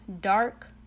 dark